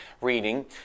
reading